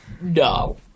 No